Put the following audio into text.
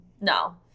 No